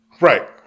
Right